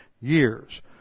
years